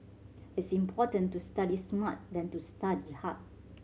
it's important to study smart than to study hard